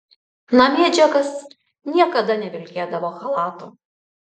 namie džekas niekada nevilkėdavo chalato